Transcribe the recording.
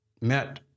met